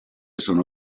sono